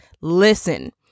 Listen